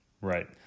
right